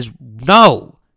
No